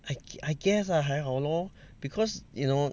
I I guess lah 还好 lor because you know